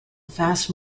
fast